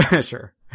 Sure